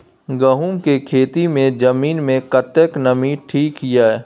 गहूम के खेती मे जमीन मे कतेक नमी ठीक ये?